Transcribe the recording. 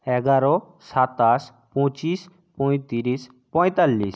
এগারো সাতাশ পঁচিশ পঁয়ত্রিশ পঁয়তাল্লিশ